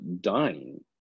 dying